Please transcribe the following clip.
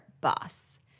boss